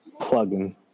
plugging